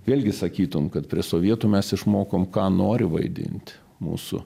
vėlgi sakytum kad prie sovietų mes išmokom ką nori vaidint mūsų